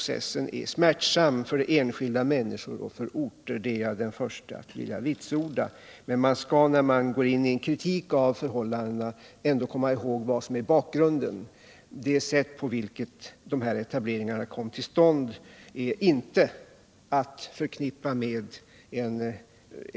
Men herr Åsling säger att detta inte är förenligt med en sund regionalpolitik. Min fråga blir då: Hur ser herr Åslings sunda regionalpolitik ut? Herr Åsling hävdar att han stramat upp regionalpolitiken.